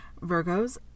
Virgos